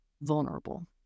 vulnerable